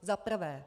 Za prvé.